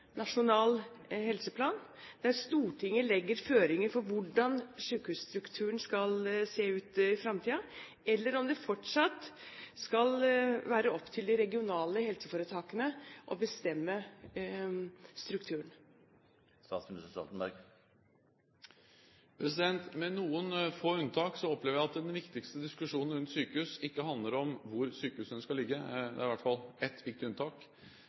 nasjonal helseplan, der Stortinget legger føringer for hvordan sykehusstrukturen skal se ut i fremtiden, eller om det fortsatt skal være opp til de regionale helseforetakene å bestemme strukturen. Med noen få unntak opplever jeg at den viktigste diskusjonen rundt sykehus ikke handler om hvor sykehusene skal ligge – det er i hvert fall ett viktig unntak